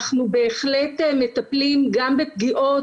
אנחנו בהחלט מטפלים גם בפגיעות